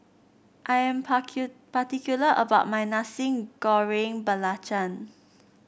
I am parti particular about my Nasi Goreng Belacan